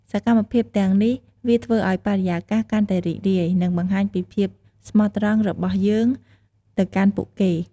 សកម្មភាពទាំងអស់នេះ វាធ្វើឱ្យបរិយាកាសកាន់តែរីករាយ និងបង្ហាញពីភាពស្មោះត្រង់របស់យើងទៅកាន់ពួកគេ។